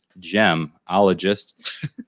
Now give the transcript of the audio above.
gemologist